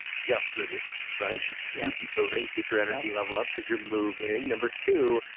just move, right? just keep moving. keep your energy level up because you're moving. number two,